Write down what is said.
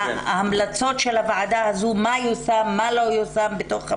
מה יושם מן ההמלצות של הוועדה הזאת ומה לא יושם.